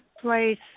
place